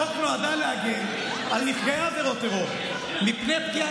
הצעת החוק נועדה להגן על נפגעי עבירות טרור מפני פגיעה